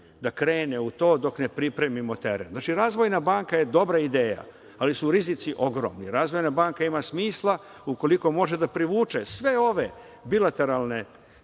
da krene u to dok ne pripremimo teren. Znači, Razvojna banka je dobra ideja, ali su rizici ogromni. Razvojna banka ima smisla ukoliko može da privuče sve ove bilateralne